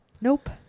Nope